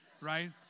Right